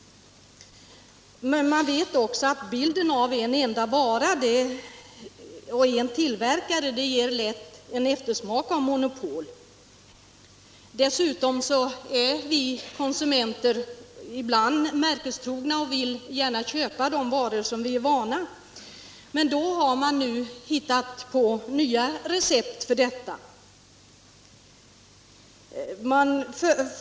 Man vet också att bilden av en enda vara och en enda tillverkare lätt ger en eftersmak av monopol. Dessutom är vi konsumenter ibland märkestrogna och vill gärna köpa de varor som vi är vana vid. Man har emellertid hittat på nya recept.